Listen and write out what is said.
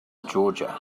georgia